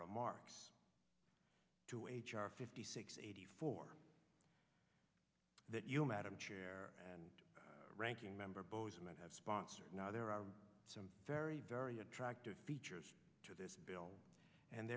remarks to h r fifty six eighty four that you madam chair and ranking member bozeman have sponsored now there are some very very attractive features to this bill and